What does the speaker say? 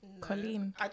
colleen